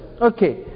Okay